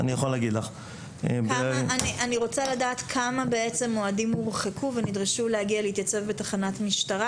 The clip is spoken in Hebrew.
אני רוצה לדעת כמה אוהדים הורחקו ונדרשו להתייצב בתחנת משטרה